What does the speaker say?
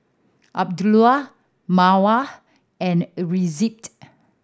Abdul Mawar and Rizqi